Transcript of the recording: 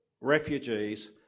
Refugees